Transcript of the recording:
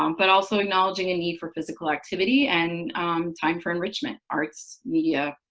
um but also acknowledging a need for physical activity and time for enrichment arts, media,